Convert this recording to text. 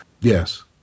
Yes